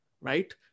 right